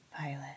violet